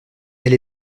elle